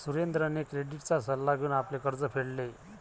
सुरेंद्रने क्रेडिटचा सल्ला घेऊन आपले कर्ज फेडले